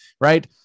right